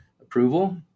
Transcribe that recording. approval